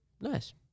Nice